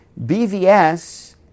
BVS